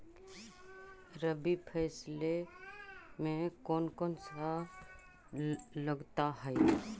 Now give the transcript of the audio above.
रबी फैसले मे कोन कोन सा लगता हाइय?